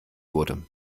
wurde